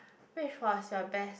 which was your best